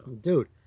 Dude